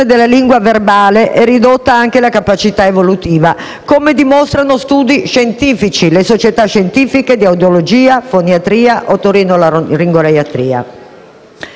della lingua verbale e ridotta anche la capacità evolutiva, come dimostrano studi scientifici, le società scientifiche di audiologia, foniatria e otorinolaringoiatria.